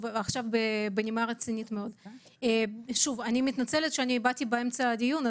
אני מתנצלת שבאתי באמצע הדיון,